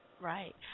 Right